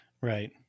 Right